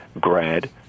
grad